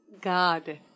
God